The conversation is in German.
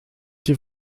die